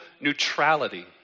neutrality